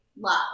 love